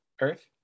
Earth